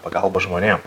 pagalbą žmonėm